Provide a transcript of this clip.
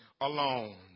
alone